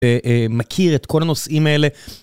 מכיר את כל הנושאים האלה.